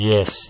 Yes